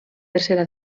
tercera